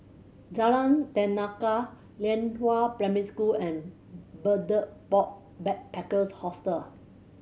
Jalan Tenaga Lianhua Primary School and Betel Box Backpackers Hostel